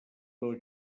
dos